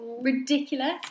ridiculous